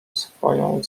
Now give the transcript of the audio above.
swoją